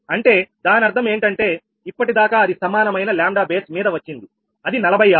అంటే దాని అర్థం ఏంటంటే ఇప్పటిదాకా అది సమానమైన 𝜆 బేస్ మీద వచ్చింది అది 46